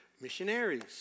missionaries